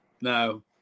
No